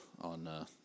on